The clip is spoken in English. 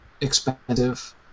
expensive